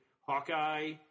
Hawkeye